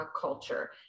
culture